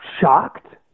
shocked